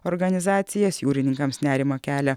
organizacijas jūrininkams nerimą kelia